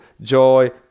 joy